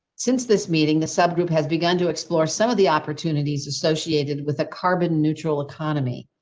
since this meeting, the sub group has begun to explore some of the opportunities associated with a carbon neutral economy.